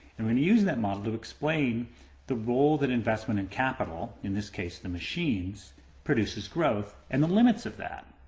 and we're going to use that model to explain the role that investment in capital. in this case the machines produces growth, and the limits of that.